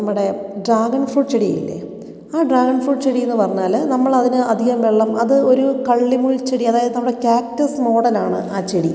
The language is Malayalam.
നമ്മുടെ ഡ്രാഗൺ ഫ്രൂട്ട് ചെടിയില്ലേ ആ ഡ്രാഗൺ ഫ്രൂട്ട് ചെടീന്ന് പറഞ്ഞാൽ നമ്മളതിന് അധികം വെള്ളം അത് ഒരു കള്ളിമുൾച്ചെടി അതായത് നമ്മുടെ കാക്ടസ് മോഡലാണ് ആ ചെടി